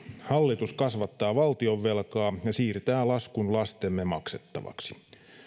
hallitus kasvattaa valtionvelkaa ja siirtää laskun lastemme maksettavaksi